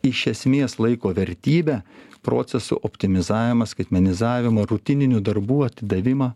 iš esmės laiko vertybe procesų optimizavimą skaitmenizavimą rutininių darbų atidavimą